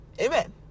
Amen